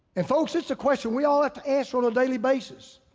and, folks, it's a question. we'll have to answer on a daily basis.